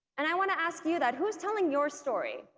and i want to ask you that, who's telling your story?